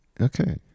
Okay